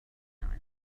aisle